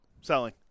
Selling